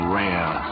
rare